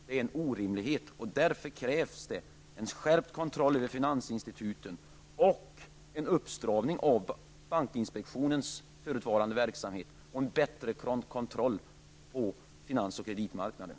Det är en orimlighet, och därför krävs det en skärpt kontroll över finansinstituten och en uppstramning av bankinspektionens förutvarande verksamhet liksom en bättre kontroll på finans och kreditmarknaden.